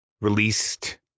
released